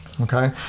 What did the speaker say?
Okay